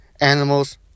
Animals